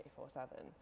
24-7